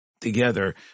together